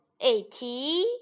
eighty